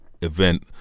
event